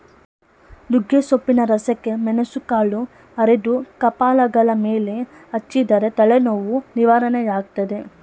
ನುಗ್ಗೆಸೊಪ್ಪಿನ ರಸಕ್ಕೆ ಮೆಣಸುಕಾಳು ಅರೆದು ಕಪಾಲಗಲ ಮೇಲೆ ಹಚ್ಚಿದರೆ ತಲೆನೋವು ನಿವಾರಣೆಯಾಗ್ತದೆ